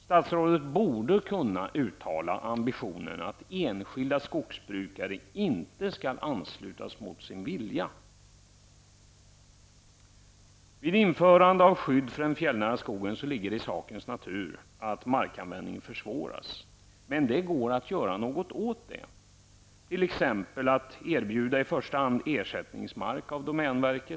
Statsrådet borde kunna uttala ambitionen att enskilda skogsbrukare inte skall anslutas mot sin vilja. Vid införande av skydd för den fjällnära skogen ligger det i sakens natur att markanvändningen försvåras. Men det går att göra något åt den saken. Domänverket kan t.ex. erbjuda ersättningsmark.